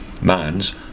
man's